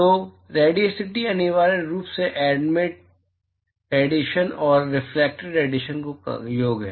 तो रेडियोसिटी अनिवार्य रूप से एमिटिड रेडिएशन और रिफलेक्टेड रेडिएशन का योग है